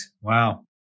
Wow